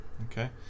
Okay